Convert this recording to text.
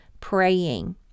praying